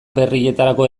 berrietarako